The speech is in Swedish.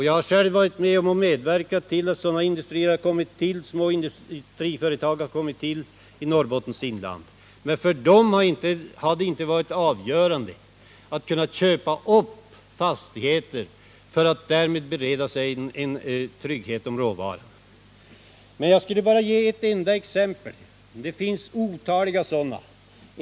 Jag har själv medverkat till att sådana småindustriföretag kommit till i Norrbottens inland. Men för dem har det inte varit avgörande att kunna köpa upp fastigheter för att bereda sig trygghet när det gäller råvaran. Jag vill bara anföra ett enda exempel — det finns otaliga.